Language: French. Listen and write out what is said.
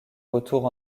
retours